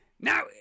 Now